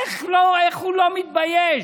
איך הוא לא מתבייש?